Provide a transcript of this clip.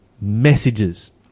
Messages